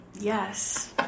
yes